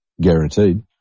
Guaranteed